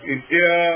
India